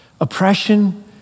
oppression